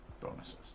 bonuses